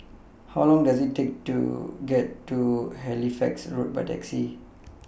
How Long Does IT Take to get to Halifax Road By Taxi